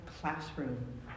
classroom